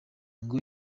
ngo